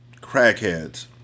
Crackheads